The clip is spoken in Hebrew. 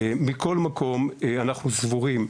מכל מקום, אנחנו סבורים,